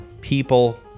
people